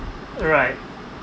right